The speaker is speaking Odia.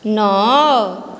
ନଅ